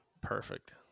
Perfect